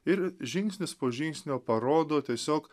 ir žingsnis po žingsnio parodo tiesiog